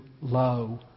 low